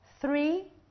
Three